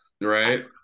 Right